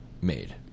made